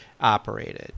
operated